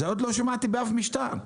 זה עוד לא שמעתי באף משטר.